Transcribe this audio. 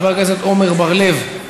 חבר הכנסת עמר בר-לב,